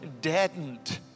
deadened